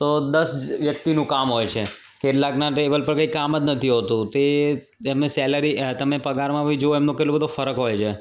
તો દસ વ્યક્તિનું કામ હોય છે કેટલાકના ટેબલ પર કંઈ કામ જ નથી હોતું તે તેમની સેલરી તમે પગારમાં પણ જોવો એમનો કેટલો બધો ફરક હોય છે